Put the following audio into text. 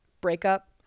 breakup